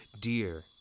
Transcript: dear